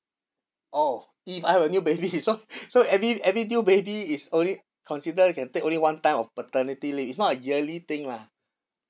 orh if I have a new baby so so every every new baby it's only considered you can take only one time of paternity leave it's not a yearly thing lah